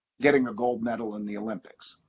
getting a gold medal in the olympics.